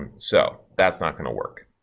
so that's not going to work,